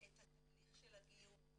את התהליך של הגיור.